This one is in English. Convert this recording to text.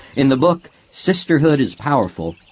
in the book sisterhood is powerful,